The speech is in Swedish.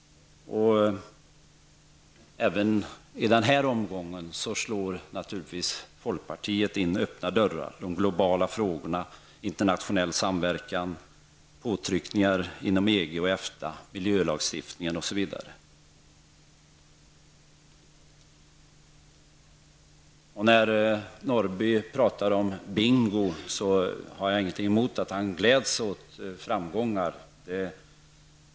Även i denna omgång slår folkpartiet in öppna dörrar, t.ex. när det gäller de globala frågorna, internationell samverkan, påtryckningar inom EG och EFTA, miljölagstiftningen osv. När Sören Norrby talar om bingo har jag ingenting emot att han gläds åt framgångar.